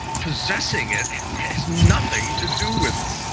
possessing it has nothing to do with it.